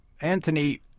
Anthony